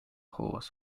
horse